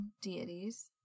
deities